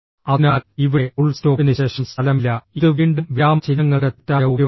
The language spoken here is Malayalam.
അതിനാൽ ഇവിടെ ഫുൾ സ്റ്റോപ്പിന് ശേഷം സ്ഥലമില്ല ഇത് വീണ്ടും വിരാമചിഹ്നങ്ങളുടെ തെറ്റായ ഉപയോഗമാണ്